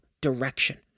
direction